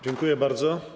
Dziękuję bardzo.